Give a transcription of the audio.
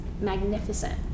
magnificent